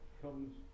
comes